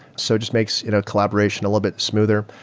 so just makes you know collaboration a little bit smoother.